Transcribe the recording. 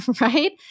right